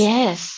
Yes